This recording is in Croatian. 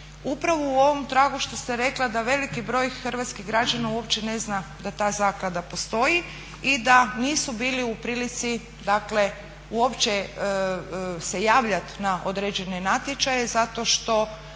Upravo u ovom tragu što ste rekla da veliki broj hrvatskih građana uopće ne zna da ta zaklada postoji i da nisu bili u prilici, dakle uopće se javljati na određene natječaje zato što